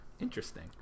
Interesting